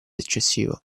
eccessivo